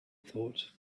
thought